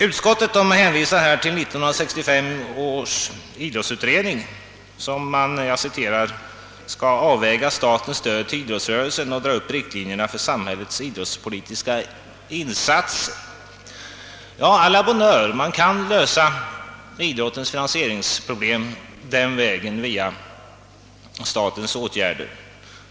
Utskottet hänvisar till 1965 års idrottsutredning som skall avväga statens stöd till idrottsrörelsen och dra upp riktlinjerna för samhällets idrottspolitiska insatser. Ja, å la bonne heure, man kan lösa idrottens finansieringsproblem den vägen genom statsåtgärder.